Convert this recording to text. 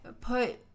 put